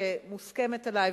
שמוסכמת עלי,